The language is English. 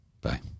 Bye